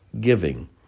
giving